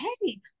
Hey